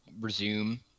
resume